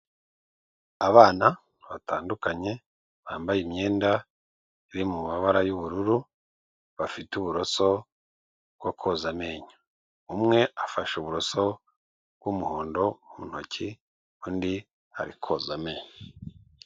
Abana batandukanye bambaye imyenda iri mu mabara y'ubururu bafite uburoso bwo koza amenyo umwe afashe uburoso bw'umuhondo mu ntoki undi ari koza amenyo.